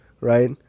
right